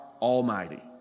Almighty